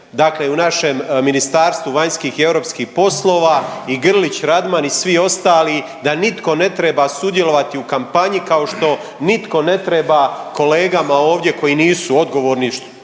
bila i u našem Ministarstvu vanjskih i europskih poslova, i Grlić Radman i svi ostali da nitko ne treba sudjelovati u kampanji kao što nitko ne treba kolegama ovdje koji nisu odgovorni što